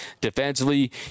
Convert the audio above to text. Defensively